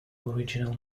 original